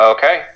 Okay